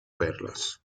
perlas